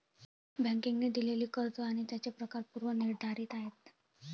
बँकांनी दिलेली कर्ज आणि त्यांचे प्रकार पूर्व निर्धारित आहेत